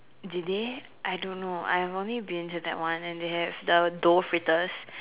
did they I don't know I've only been to that one and they have the dough fritters